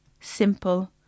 simple